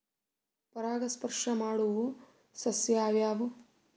ಪರಾಗಸ್ಪರ್ಶ ಮಾಡಾವು ಸಸ್ಯ ಯಾವ್ಯಾವು?